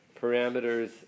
parameters